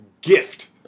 gift